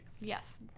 Yes